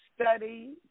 study